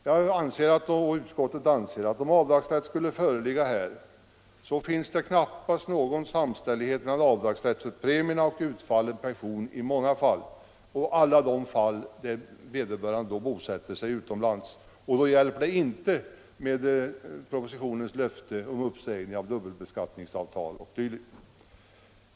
Utskottsmajoriteten anser att om avdragsrätt skulle föreligga här, så finns det knappast någon samstämmighet mellan avdragsrätt för premierna och utfallen pension i alla de fall där vederbörande bosätter sig utomlands. Då hjälper det inte med propositionens löfte om uppsägning av dubbelbeskattningsavtal o. d.